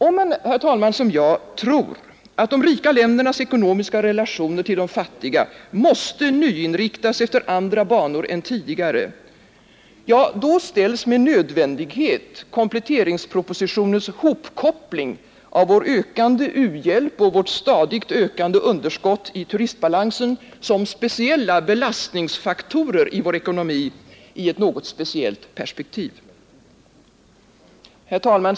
Om man, herr talman, som jag tror att de rika ländernas ekonomiska relationer till de fattiga måste nyinriktas efter andra banor än tidigare, då ställs med nödvändighet kompletteringspropositionens hopkoppling av vår ökande u-hjälp och vårt stadigt ökande underskott i turistbalansen som speciella belastningsfaktorer i vår ekonomi i ett något speciellt perspektiv. Herr talman!